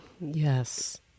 yes